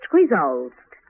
resolved